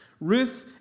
Ruth